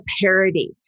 parody